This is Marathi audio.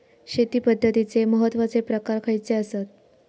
शेती पद्धतीचे महत्वाचे प्रकार खयचे आसत?